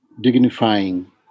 dignifying